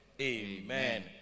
Amen